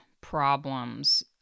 problems